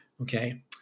Okay